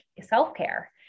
self-care